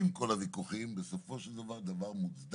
שעם כל הוויכוחים, בסופו של דבר עם דבר מוצדק